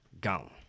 Gone